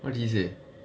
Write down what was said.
what did he say